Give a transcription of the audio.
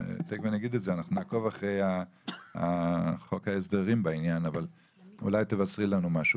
אנחנו נעקוב אחרי חוק ההסדרים בעניין אבל אולי תבשרי לנו משהו